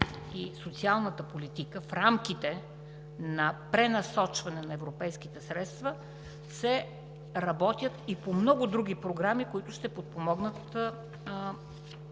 и социалната политика в рамките на пренасочване на европейските средства се работи и по много други програми, които ще подпомогнат